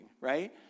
right